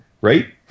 right